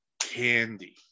candy